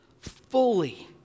fully